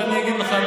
אז אני אגיד לך.